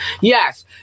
yes